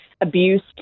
abuse